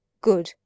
good